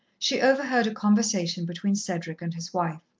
she overheard a conversation between cedric and his wife.